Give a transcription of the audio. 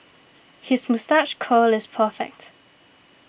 his moustache curl is perfect